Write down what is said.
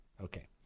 Okay